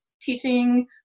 teaching